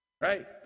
right